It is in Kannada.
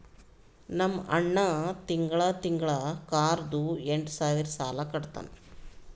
ನಮ್ ಅಣ್ಣಾ ತಿಂಗಳಾ ತಿಂಗಳಾ ಕಾರ್ದು ಎಂಟ್ ಸಾವಿರ್ ಸಾಲಾ ಕಟ್ಟತ್ತಾನ್